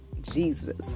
Jesus